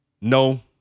no